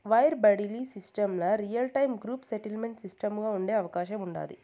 wire బడిలీ సిస్టమ్ల real time gross settlement సిస్టముగా ఉండే అవకాశం ఉండాది